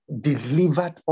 delivered